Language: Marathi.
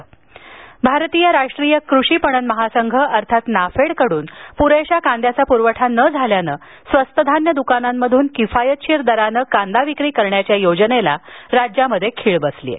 कान्दाविक्री भारतीय राष्ट्रीय कृषी पणन महासंघ अर्थात नाफेडकडून पुरेशा कांद्याचा पुरवठा न झाल्यानं स्वस्त धान्य दुकानातून किफायतशीर दरानं कांदा विक्री करण्याच्या योजनेला राज्यात खीळ बसली आहे